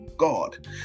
god